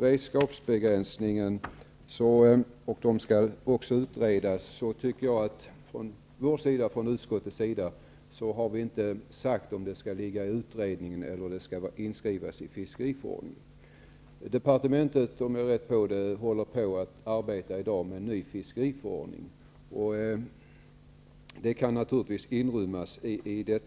Redskapbegränsningen skall också utredas. Från vår sida och från utskottets sida har vi inte sagt om detta skall hänskjutas till utredningen eller om det skall skrivas in i fiskeriförordningen. Om jag är rätt underrättad arbetar departementet i dag med en ny fiskeriförordning. Man kan naturligtvis